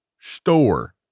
store